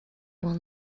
one